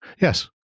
Yes